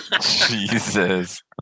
Jesus